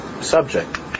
subject